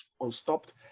unstopped